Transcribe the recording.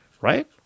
right